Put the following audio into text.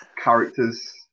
characters